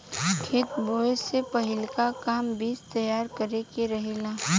खेत बोए से पहिलका काम बीज तैयार करे के रहेला